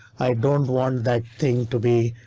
i don't want that thing to be.